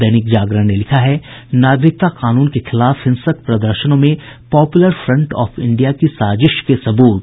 दैनिक जागरण ने लिखा है नागरिकता कानून के खिलाफ हिंसक प्रदर्शनों में पॉपुलर फ्रंट ऑफ इंडिया की साजिश के सब्रत